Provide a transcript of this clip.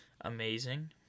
amazing